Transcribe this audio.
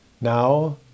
Now